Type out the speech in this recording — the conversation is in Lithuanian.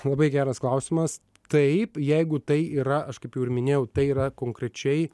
labai geras klausimas taip jeigu tai yra aš kaip jau ir minėjau tai yra konkrečiai